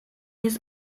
his